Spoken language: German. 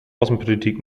außenpolitik